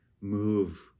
move